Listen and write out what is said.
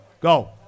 Go